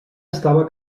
estava